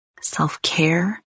self-care